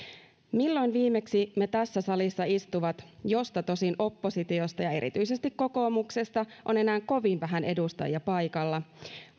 milloin viimeksi me tässä salissa istuvat joista tosin oppositiosta ja erityisesti kokoomuksesta on enää kovin vähän edustajia paikalla